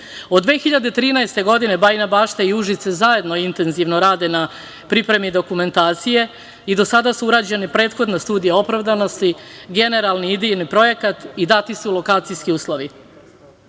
2013. godine Bajina Bašta i Užice zajedno intenzivno rade na pripremi dokumentacije i do sada su urađene prethodne studije opravdanosti, generalni idejni projekat i dati su lokacijski uslovi.